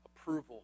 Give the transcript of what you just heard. approval